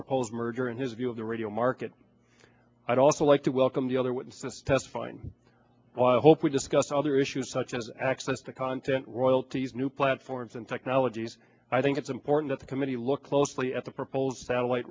proposed merger in his view of the radio market i'd also like to welcome the other witnesses testifying why i hope we discuss other issues such as access to content royalties new platforms and technologies i think it's important that the committee look closely at the proposed satellite